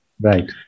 Right